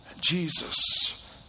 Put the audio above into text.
Jesus